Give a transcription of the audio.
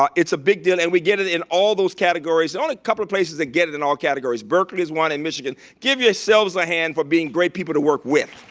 um it's a big deal, and we get it in all those categories. they're only a couple of places that get it in all categories, berkeley is one and michigan. give yourselves a hand for being great people to work with,